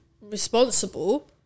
responsible